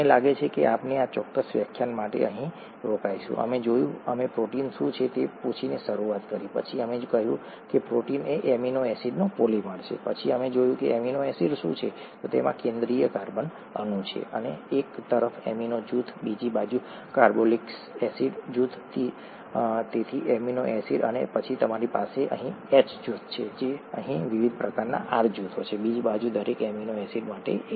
મને લાગે છે કે આપણે આ ચોક્કસ વ્યાખ્યાન માટે અહીં રોકાઈશું અમે જોયું અમે પ્રોટીન શું છે તે પૂછીને શરૂઆત કરી પછી અમે કહ્યું કે પ્રોટીન એ એમિનો એસિડના પોલિમર છે પછી અમે જોયું કે એમિનો એસિડ શું છે તેમાં કેન્દ્રિય કાર્બન અણુ છે અને એક તરફ એમિનો જૂથ બીજી બાજુ કાર્બોક્સિલિક એસિડ જૂથ તેથી એમિનો એસિડ અને પછી તમારી પાસે અહીં H જૂથ છે અને વિવિધ પ્રકારના R જૂથો છે બીજી બાજુ દરેક એમિનો એસિડ માટે એક